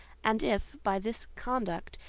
and if, by this conduct,